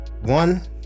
One